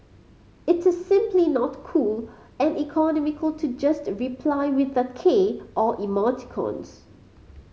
it is simply not cool and economical to just reply with a k or emoticons